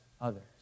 others